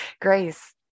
Grace